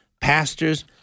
Pastors